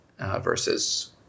versus –